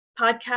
podcast